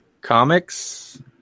comics